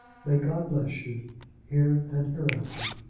may god bless you here and hereafter.